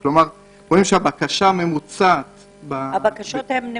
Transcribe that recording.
שזה 470,000. כלומר מחוז הצפון היה המחוז הכי